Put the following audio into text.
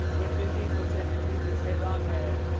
when vin diesel said to jesus, hey, long hair,